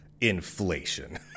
Inflation